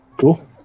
Cool